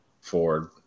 Ford